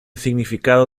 significado